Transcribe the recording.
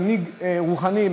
מנהיג רוחני,